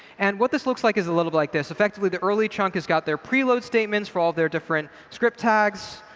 and what this looks like is a little bit like this. effectively, the early chunk has got their preload statements for all of their different script tags.